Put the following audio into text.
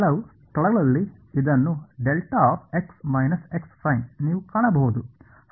ಕೆಲವು ಸ್ಥಳಗಳಲ್ಲಿ ಇದನ್ನು ನೀವು ಕಾಣಬಹುದು